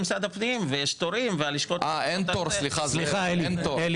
למשרד הפנים ויש תורים והלשכות --- סליחה אלי,